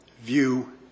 view